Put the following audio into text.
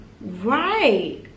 Right